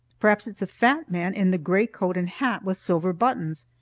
perhaps it's the fat man in the gray coat and hat with silver buttons.